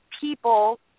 people